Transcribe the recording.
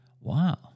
wow